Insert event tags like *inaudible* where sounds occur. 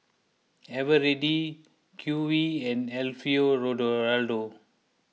Eveready Q V and Alfio *unintelligible* Raldo